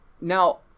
Now